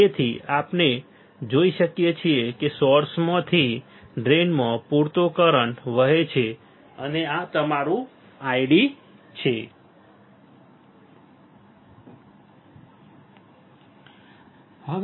તેથી આપણે જોઈ શકીએ છીએ કે સોર્સમાંથી ડ્રેઇનમાં પૂરતો કરંટ વહે છે અને આ તમારું કરંટ ID છે